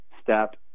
step